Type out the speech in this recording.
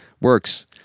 Works